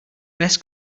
best